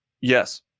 Yes